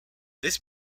this